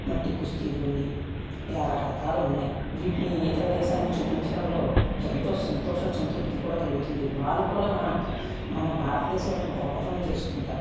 మట్టి కుస్తీలు అని ఇలా రకరకాలు ఉన్నాయి వీటిని ఇతర దేశాలకు చూపించడంలో ఎంతో సంతోషం సంతృప్తి కూడా కలుగుతుంది వాళ్ళు కూడా మన భారతదేశం యొక్క గొప్పతనం తెలుసుకుంటారు